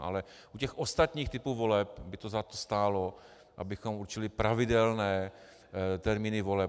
Ale u těch ostatních typů voleb by to za to stálo, abychom určili pravidelné termíny voleb.